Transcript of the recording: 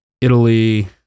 Italy